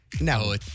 No